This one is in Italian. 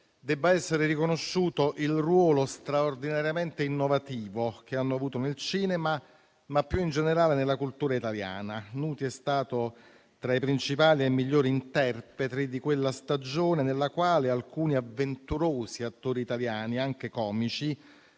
debba essere riconosciuto il ruolo straordinariamente innovativo che hanno avuto nel cinema, ma più in generale nella cultura italiana. Nuti è stato tra i principali e migliori interpreti di quella stagione nella quale alcuni avventurosi attori italiani, anche comici,